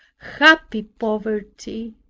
happy poverty,